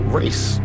race